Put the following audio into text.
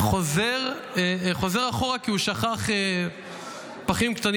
חוזר אחורה כי הוא שכח פַּכִּים קטנים